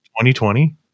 2020